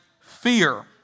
fear